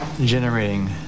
generating